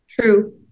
true